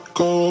go